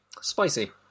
Spicy